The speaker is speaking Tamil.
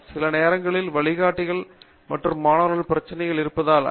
சில நேரங்களில் வழிகாட்டிகள் மற்றும் மாணவர்களிடம் பிரச்சினைகள் இருப்பதால் ஐ